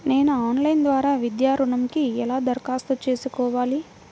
నేను ఆన్లైన్ ద్వారా విద్యా ఋణంకి ఎలా దరఖాస్తు చేసుకోవాలి?